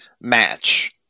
match